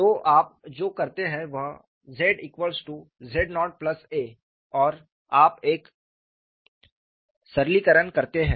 तो आप जो करते हैं वह zz0a और आप एक सरलीकरण करते हैं